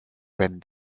when